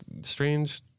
strange –